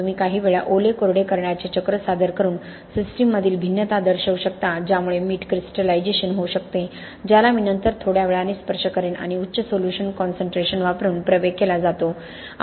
तुम्ही काहीवेळा ओले कोरडे करण्याचे चक्र सादर करून सिस्टीममधील भिन्नता दर्शवू शकता ज्यामुळे मीठ क्रिस्टलायझेशन होऊ शकते ज्याला मी नंतर थोड्या वेळाने स्पर्श करेन आणि उच्च सोल्यूशन कॉनसन्ट्रेशन वापरून प्रवेग केला जातो